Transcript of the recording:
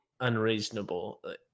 unreasonable